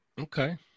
Okay